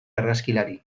argazkilari